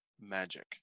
magic